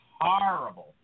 horrible